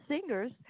singers